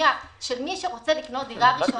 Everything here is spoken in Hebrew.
אוכלוסייה של מי שרוצה לקנות דירה ראשונה,